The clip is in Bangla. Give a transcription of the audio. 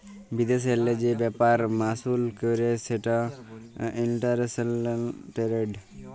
বিদেশেল্লে যে ব্যাপার মালুস ক্যরে সেটা ইলটারল্যাশলাল টেরেড